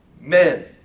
men